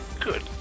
good